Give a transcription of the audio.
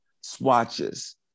swatches